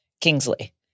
Kingsley